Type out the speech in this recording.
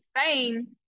Spain